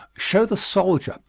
show the soldier,